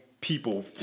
people